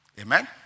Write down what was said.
Amen